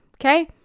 Okay